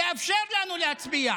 לאפשר לנו להצביע,